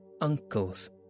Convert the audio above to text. uncles